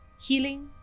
healing